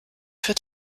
für